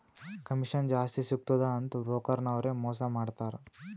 commission ಜಾಸ್ತಿ ಸಿಗ್ತುದ ಅಂತ್ ಬ್ರೋಕರ್ ನವ್ರೆ ಮೋಸಾ ಮಾಡ್ತಾರ್